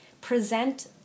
present